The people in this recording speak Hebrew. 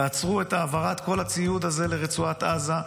תעצרו את העברת כל הציוד הזה לרצועת עזה,